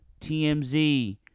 TMZ